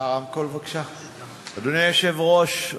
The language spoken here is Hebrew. אדוני היושב-ראש,